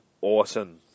awesome